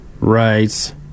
Right